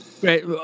Great